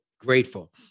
grateful